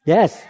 Yes